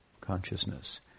consciousness